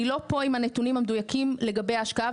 אני לא פה עם הנתונים המדויקים לגבי ההשקעה,